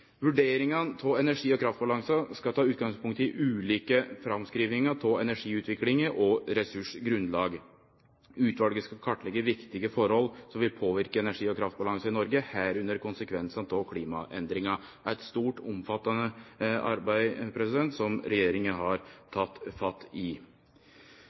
Vurderingane av energi- og kraftbalansen skal ta utgangspunkt i ulike framskrivingar av energiutviklinga og ressursgrunnlaget. Utvalet skal kartleggje viktige forhold som vil påverke energi- og kraftbalansen i Noreg, medrekna konsekvensane av klimaendringar. Det er eit stort og omfattande arbeid som regjeringa har teke fatt i.